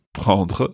Prendre